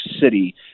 City